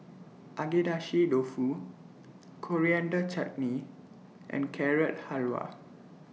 Agedashi Dofu Coriander Chutney and Carrot Halwa